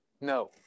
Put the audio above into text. No